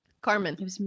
Carmen